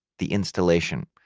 the installation,